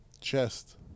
Chest